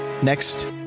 Next